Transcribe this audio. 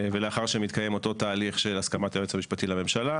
ולאחר שמתקיים אותו תהליך של הסכמת היועץ המשפטי לממשלה,